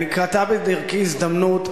נקרתה בדרכי הזדמנות,